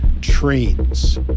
trains